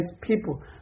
people